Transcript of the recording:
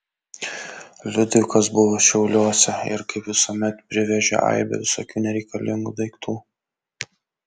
liudvikas buvo šiauliuose ir kaip visuomet privežė aibę visokių nereikalingų daiktų